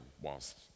whilst